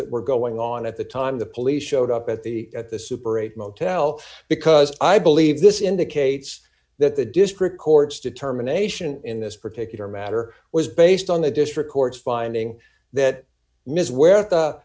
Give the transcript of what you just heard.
that were going on at the time the police showed up at the at the super eight motel because i believe this indicates that the district court's determination in this particular matter was based on the district court's finding that ms ware